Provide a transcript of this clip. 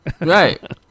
Right